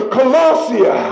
Colossia